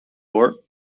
hoor